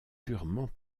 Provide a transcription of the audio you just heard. purement